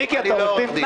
אני לא עורך דין.